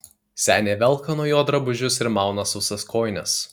senė velka nuo jo drabužius ir mauna sausas kojines